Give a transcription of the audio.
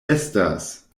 estas